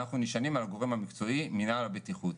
אנחנו נשענים על הגורם המקצועי, מנהל הבטיחות.